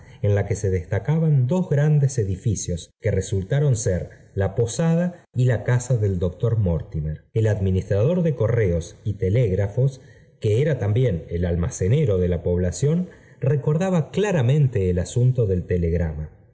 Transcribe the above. en la que se destacaban dos grandes edl y ficios que resultaron ser la posada y la casa deljí doctor mortimer el administrador de correos telégrafos que era también el almacenero de población recordaba claramente el asunto del legrama